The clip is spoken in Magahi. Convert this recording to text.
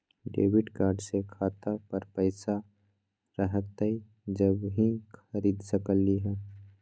डेबिट कार्ड से खाता पर पैसा रहतई जब ही खरीद सकली ह?